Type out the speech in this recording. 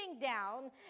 down